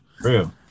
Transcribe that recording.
Real